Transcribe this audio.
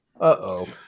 uh-oh